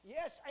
Yes